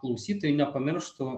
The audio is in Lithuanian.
klausytojai nepamirštų